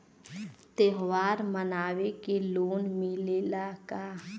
त्योहार मनावे के लोन मिलेला का?